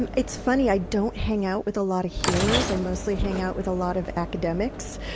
and it's funny i don't hang out with a lot of healers i mostly hang out with a lot of academics.